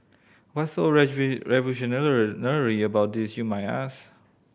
what's so about this you might ask